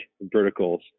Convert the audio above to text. verticals